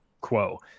quo